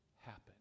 happen